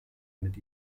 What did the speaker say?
mit